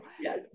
yes